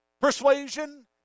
persuasion